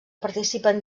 participen